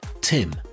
tim